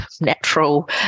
natural